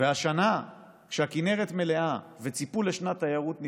והשנה, כשהכינרת מלאה וציפו לשנת תיירות נפלאה,